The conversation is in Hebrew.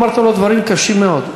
אמרת לו דברים קשים מאוד.